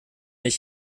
ich